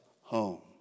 home